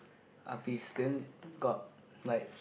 artist then got like